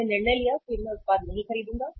उसने निर्णय लिया है कि मैं उत्पाद नहीं खरीदूंगा